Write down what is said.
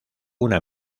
una